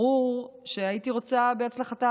ברור שהייתי רוצה בהצלחתה,